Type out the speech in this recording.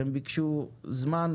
הם ביקשו זמן,